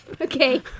Okay